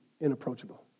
inapproachable